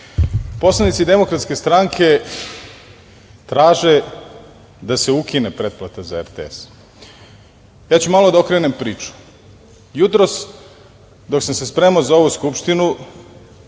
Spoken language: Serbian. puno. Poslanici Demokratske stranke traže da se ukine pretplata za RTS.Ja ću malo da okrenem priču. Jutros, dok sam se spremao za ovu Skupštinu,